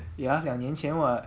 ya 两年前 [what]